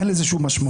אין לזה שום משמעות.